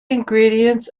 ingredients